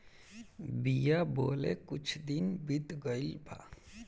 बिया बोवले कुछ दिन बीत गइल बा